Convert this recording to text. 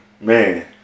Man